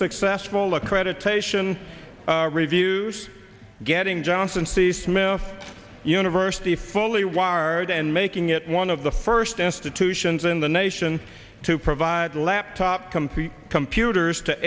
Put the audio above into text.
successful accreditation reviews getting johnson c smith university fully wired and making it one of the first destitution is in the nation to provide laptop computer computers to